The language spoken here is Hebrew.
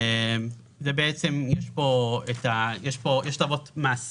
יש כאן את הוראות המס